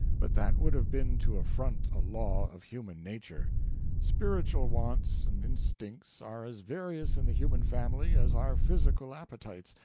but that would have been to affront a law of human nature spiritual wants and instincts are as various in the human family as are physical appetites,